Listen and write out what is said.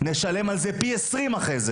נשלם על זה פי 20 אחר כך.